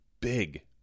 big